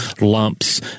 lumps